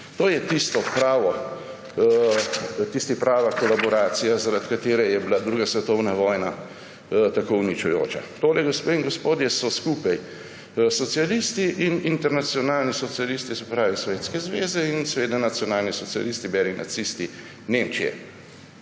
To je tista prava kolaboracija, zaradi katere je bila druga svetovna vojna tako uničujoča. Torej, gospe in gospodje, so bili skupaj socialisti in internacionalni socialisti, se pravi Sovjetske zveze in nacionalni socialisti, beri nacisti Nemčije,